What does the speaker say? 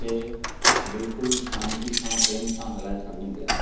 खे बिल्कुलु शांती सां प्रेम सां हलाए सघूं पिया